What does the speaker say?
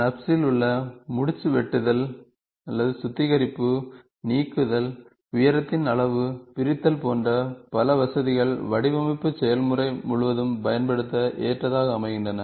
NURBS இல் உள்ள முடிச்சு வெட்டுதல் சுத்திகரிப்பு நீக்குதல் உயரத்தின் அளவு பிரித்தல் போன்ற பல வசதிகள் வடிவமைப்பு செயல்முறை முழுவதும் பயன்படுத்த ஏற்றதாக அமைகின்றன